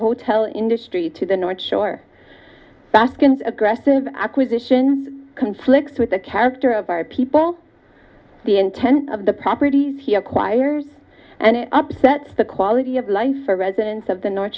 hotel industry to the north shore baskins aggressive acquisition conflicts with the character of our people the intent of the properties he acquires and it upsets the quality of life for residents of the north